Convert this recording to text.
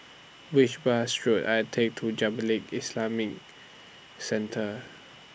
Which Bus should I Take to Jamiyah Islamic Centre